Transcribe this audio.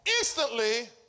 instantly